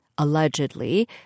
Allegedly